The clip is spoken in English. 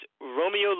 Romeo